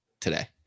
today